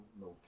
no